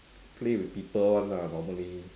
play with people [one] lah normally